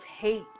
hate